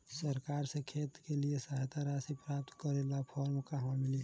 सरकार से खेत के लिए सहायता राशि प्राप्त करे ला फार्म कहवा मिली?